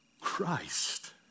Christ